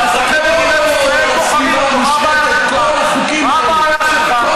מה כואב לך, מה הבעיה שלך?